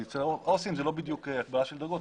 כי אצל עו"סים זה לא בדיוק הקבלה של דרגות.